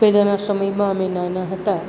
પહેલાંના સમયમાં અમે નાના હતા